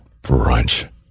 Brunch